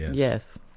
yes.